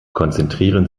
konzentrieren